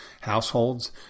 households